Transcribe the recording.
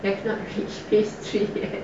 his tuesday